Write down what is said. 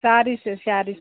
sarees saree